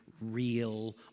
real